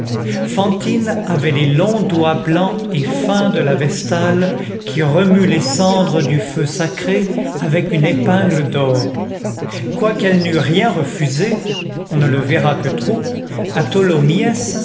fantine avait les longs doigts blancs et fins de la vestale qui remue les cendres du feu sacré avec une épingle d'or quoiqu'elle n'eût rien refusé on ne le verra que trop à